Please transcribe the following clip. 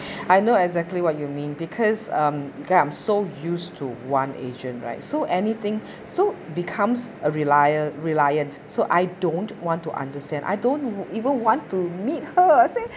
I know exactly what you mean because um I'm so used to one agent right so anything so becomes a relia~ reliant so I don't want to understand I don't even want to meet her I say